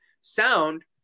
Sound